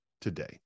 today